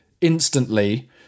instantly